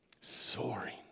soaring